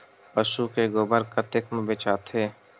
पशु के गोबर कतेक म बेचाथे?